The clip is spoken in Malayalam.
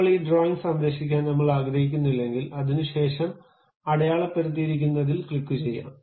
ഇപ്പോൾ ഈ ഡ്രോയിംഗ് സംരക്ഷിക്കാൻ നമ്മൾ ആഗ്രഹിക്കുന്നില്ലെങ്കിൽ അതിനുശേഷം അടയാളപ്പെടുത്തിയിരിക്കുന്നതിൽ ക്ലിക്കുചെയ്യാം